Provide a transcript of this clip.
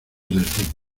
desdén